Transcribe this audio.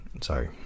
sorry